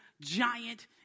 giant